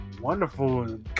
wonderful